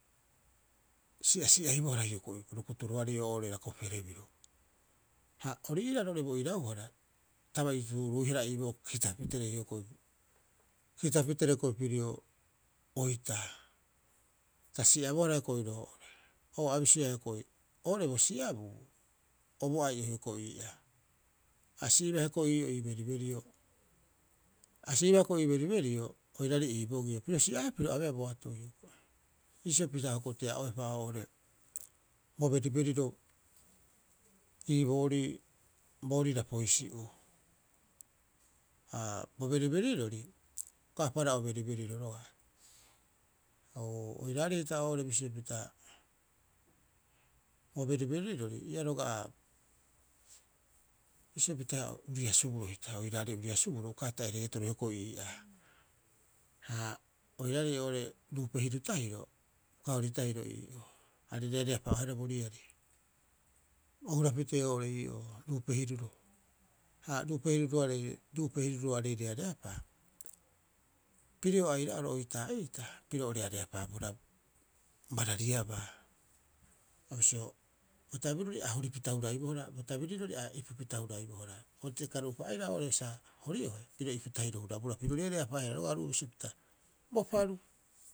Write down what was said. A si'asi'ai bohara hioko'i bo rukuturoarei oo'ore rakopere biru. Ha ori iiraa roo'ore bo irauhara ta bai tuuruihara iiboo kitapitere hioko'i. Kitapitere hioko'i piro oitaa. Ta si'abohara hioko'i roo'ore, oo a bisioea hioko'i, oo'ore bo si'abuu, o boai'o hioko'i ii'aa. A si'iba hioko'i ii'oo ii beriberio, a si'iba hioko'i ii beriberio oiraarei ii bogio, piro si'aea piro abeea boatoi hioko'i. Iisio pita hoko tea'oepa oo'ore bo beriberiro ii boorii boorii Rapoisi'uu. Ha bo beriberirori paapara'oo beriberiro roga'a. Oiraarei hita oo'ore bisio pita bo beriberirori ia roga'a bisio pita uria suburo hita. Oiraarei uria suburo, uka ata'e reetoro hiokoi ii'aa ha oiraarei oo'ore ruupe hiru tahiro, uka hori tahiro ii'aa, aarei reareapaa'oehara bo riari, o hurapitee oo'ore ii'oo rupe hiruro. Ha ruupe hiruroa, ha ruupe hiruroarei reareapaa, pirio aira'oro oitaa'iita piro o reareapaabohara barariabaa. Ha bisio bo tabirirori a horipita huraibohara, bo tabirirori a ipupita huraibohara, o tekaru'upa aira oo'ore sa hori'ohe, piro ipu tahiro hurabohara. Piro reareapaaehara roga'a oru'oo bisio pita bo paru.